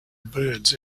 birds